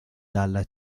dalla